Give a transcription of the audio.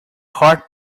heart